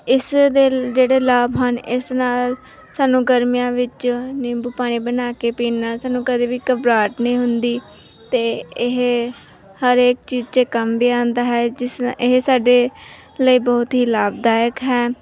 ਇਸ ਦੇ ਜਿਹੜੇ ਲਾਭ ਹਨ ਇਸ ਨਾਲ ਸਾਨੂੰ ਗਰਮੀਆਂ ਵਿੱਚ ਨਿੰਬੂ ਪਾਣੀ ਬਣਾ ਕੇ ਪੀਣ ਨਾਲ ਸਾਨੂੰ ਕਦੇ ਵੀ ਘਬਰਾਹਟ ਨਹੀਂ ਹੁੰਦੀ ਅਤੇ ਇਹ ਹਰੇਕ ਚੀਜ਼ 'ਚ ਕੰਮ ਵੀ ਆਉਂਦਾ ਹੈ ਜਿਸ ਇਹ ਸਾਡੇ ਲਈ ਬਹੁਤ ਹੀ ਲਾਭਦਾਇਕ ਹੈ